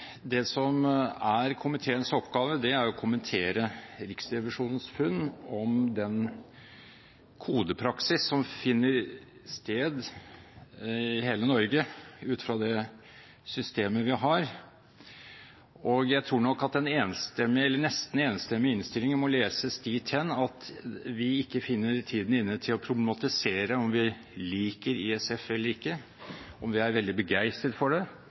det som er komiteens oppgave, er å kommentere Riksrevisjonens funn om den kodepraksis som finner sted i hele Norge, ut fra det systemet vi har. Jeg tror nok at en nesten enstemmig innstilling må leses dit hen at vi ikke finner tiden inne til å problematisere om vi liker ISF – innsatsstyrt finansiering – eller ikke, om vi er veldig begeistret for det.